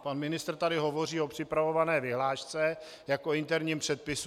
Pan ministr tady hovoří o připravované vyhlášce jako interním předpisu.